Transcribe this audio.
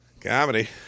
Comedy